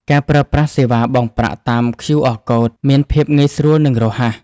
ការប្រើប្រាស់សេវាបង់ប្រាក់តាម QR Code មានភាពងាយស្រួល និងរហ័ស។